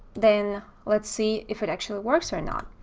then let's see if it actually works or not.